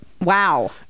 Wow